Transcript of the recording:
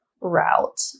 route